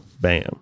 Bam